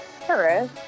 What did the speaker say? paris